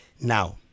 Now